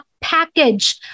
package